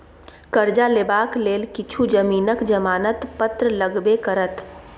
करजा लेबाक लेल किछु जमीनक जमानत पत्र लगबे करत